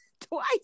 twice